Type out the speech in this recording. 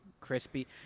Crispy